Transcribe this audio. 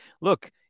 Look